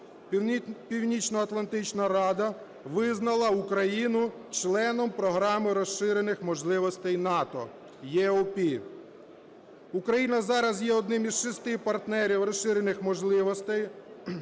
Північноатлантична рада визнала Україну членом Програми розширених можливостей НАТО (EOP). Україна зараз є одним із шести партнерів розширених можливостей разом